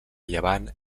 llevant